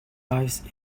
life